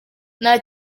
nta